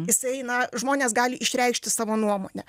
jis eina žmonės gali išreikšti savo nuomonę